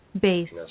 based